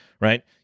right